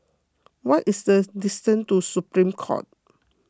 what is the distance to Supreme Court